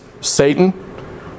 Satan